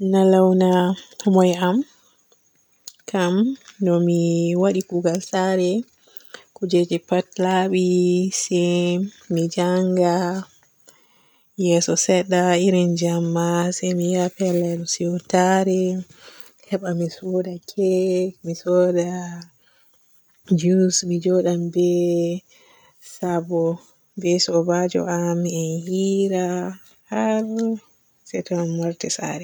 Nalauna boy am. Kam ɗo mi waaɗi kuugal saare. Kujeji pat laabi se mi njannga, yeeso sedda irin jemma se mi ya pellel siiwtare heba mi sooda kek, mi sooda juce. Mi njoodan be sabo be soobajo am en hira har se to en warti saare.